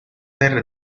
terra